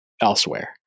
elsewhere